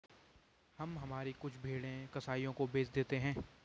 हम हमारी कुछ भेड़ें कसाइयों को बेच देते हैं